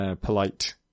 polite